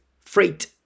freight